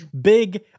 Big